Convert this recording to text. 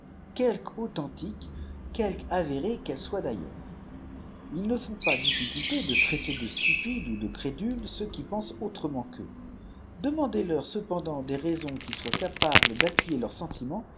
aulhenticmes qvieljque avérées qu'elles soient dlailleurs ils ne font pas difficulté de traiter de stupides ou de crédules ceux qui pensent autrement que demandez-leur cependant des raisons qui soient capables diappuyer leurs sentiments